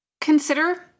Consider